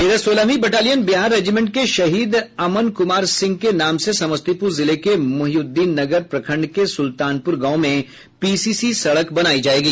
इधर सोलहवीं battalion Bihar regiment के शहीद अमन कुमार सिंह के नाम से समस्तीपुर जिले के मोहीउद्दीननगर प्रखंड के सुल्तानपुर गांव में पीसीसी सड़क बनायी जायेगी